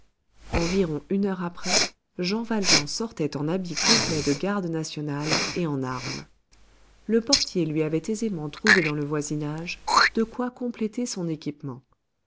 environ une heure après jean valjean sortait en habit complet de garde national et en armes le portier lui avait aisément trouvé dans le voisinage de quoi compléter son équipement